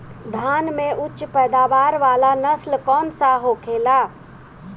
धान में उच्च पैदावार वाला नस्ल कौन सा होखेला?